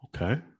Okay